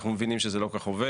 אנחנו מבינים שזה לא כל כך עובד.